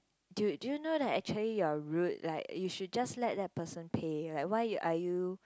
do do you know that actually you are rude like you should just let that person pay like why are you